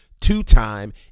two-time